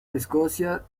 escocia